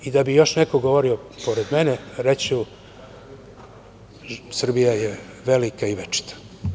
Da bi još neko govorio pored mene, reći ću – Srbija je velika i večita.